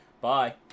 Bye